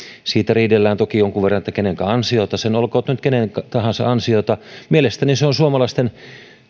siitä riidellään toki jonkun verran kenenkä ansiota se on olkoon nyt kenen tahansa ansiota mielestäni se on suomalaisten